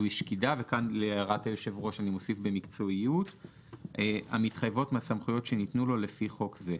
בשקידה ובמקצועיות המתחייבות מהסמכויות שניתנו לו לפי חוק זה.